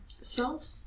self